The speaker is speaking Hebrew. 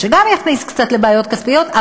מה שגם יכניס קצת לבעיות כספיות,